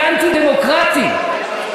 אני אנטי-דמוקרטי,